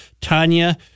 Tanya